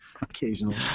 Occasionally